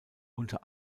unter